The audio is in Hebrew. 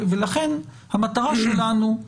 ולכן המטרה שלנו,